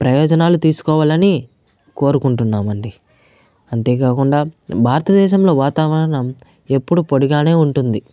ప్రయోజనాలు తీసుకోవాలని కోరుకుంటున్నామండి అంతేకాకుండా భారతదేశంలో వాతావరణం ఎప్పుడు పొడిగానే ఉంటుంది